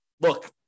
look